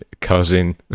cousin